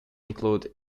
include